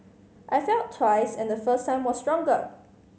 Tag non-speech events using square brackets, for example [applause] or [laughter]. I felt twice and the first [unintelligible] was stronger